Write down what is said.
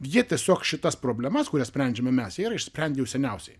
jie tiesiog šitas problemas kurias sprendžiame mes išsprendė jau seniausiai